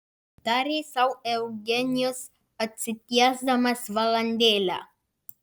tarė sau eugenijus atsitiesdamas valandėlę